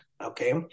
Okay